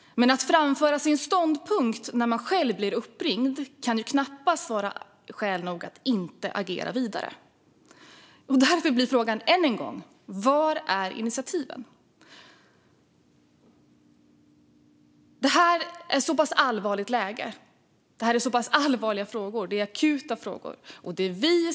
Men att framföra sin ståndpunkt när man själv blir uppringd kan knappast vara skäl nog att inte agera vidare. Därför blir frågan än en gång: Var är initiativen? Läget är allvarligt och frågorna akuta.